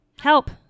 Help